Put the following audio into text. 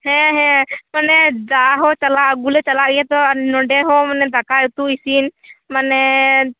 ᱦᱮᱸ ᱦᱮᱸ ᱢᱟᱱᱮ ᱫᱟᱜ ᱦᱚᱸ ᱪᱟᱞᱟᱣ ᱟᱜᱩᱞᱮ ᱪᱟᱞᱟᱜ ᱜᱮᱭᱟᱛᱚ ᱟᱨ ᱱᱚᱸᱰᱮ ᱦᱚ ᱢᱟᱱᱮ ᱫᱟᱠᱟ ᱩᱛᱩ ᱤᱥᱤᱱ ᱢᱟᱱᱮ